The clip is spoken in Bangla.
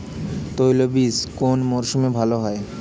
তৈলবীজ কোন মরশুমে ভাল হয়?